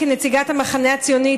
כנציגת המחנה הציוני,